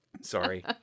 Sorry